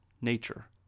nature